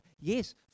Yes